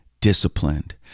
disciplined